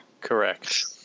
Correct